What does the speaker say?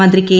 മന്ത്രി കെ